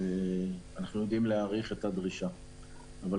ואנחנו יכולים להעריך את הדרישה העתידית.